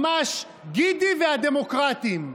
ממש גידי והדמוקרטים.